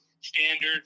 standard